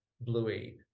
Bluey